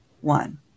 one